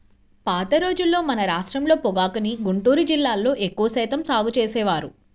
పాత రోజుల్లో మన రాష్ట్రంలో పొగాకుని గుంటూరు జిల్లాలో ఎక్కువ శాతం సాగు చేసేవారు